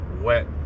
wet